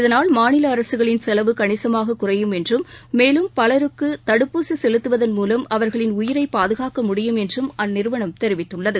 இதனால் மாநிலஅரசுகளின் செலவு கணிசமாககுறையும் என்றம் மேலம் பலருக்குதடுப்பூசிசெலுத்துவதன் மூலம் அவர்களின் உயிரைபாதுகாக்க முடியும் என்றும் அந்நிறுவனம் தெரிவித்துள்ளது